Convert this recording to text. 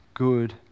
good